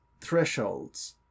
thresholds